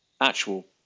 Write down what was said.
actual